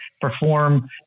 perform